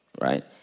right